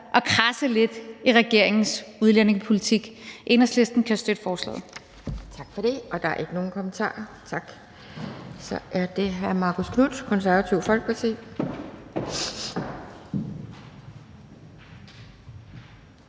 at kradse lidt i regeringens udlændingepolitik. Enhedslisten kan støtte forslaget.